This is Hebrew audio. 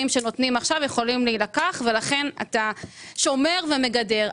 שנותנים עכשיו יכולים להילקח ולכן אתה שומר ומגדר.